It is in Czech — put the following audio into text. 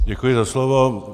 Děkuji za slovo.